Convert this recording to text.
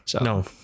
No